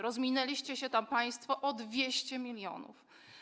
Rozminęliście się tam państwo o 200 mln.